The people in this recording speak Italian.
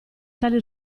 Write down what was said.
tali